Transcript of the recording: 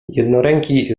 jednoręki